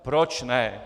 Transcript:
Proč ne?